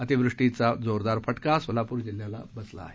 अतिवृष्टीचा जोरदार फटका सोलापूर जिल्ह्याला बसला आहे